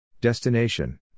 Destination